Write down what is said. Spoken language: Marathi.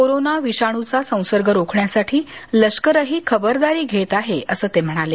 कोरोना विषाणूचा संसर्ग रोखण्यासाठी लष्करही खबरदारी घेत आहे असं ते म्हणाले